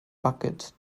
bucket